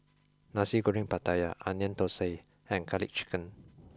nasi goreng pattaya onion thosai and garlic chicken